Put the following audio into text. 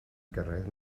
gyrraedd